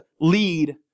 lead